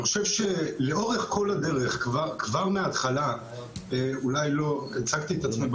אני חושב שלאורך כל הדרך כבר מההתחלה אולי לא הצגתי את עצמי,